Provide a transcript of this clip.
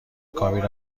کابین